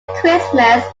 christmas